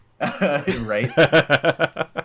right